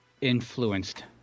influenced